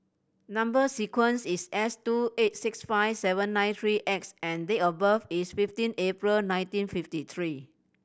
number sequence is S two eight six five seven nine three X and date of birth is fifteen April nineteen fifty three